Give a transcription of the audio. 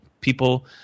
people